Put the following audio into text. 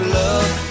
love